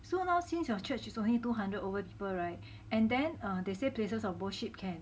so now since your churches is only two hundred over people [right] and then they say places of worship can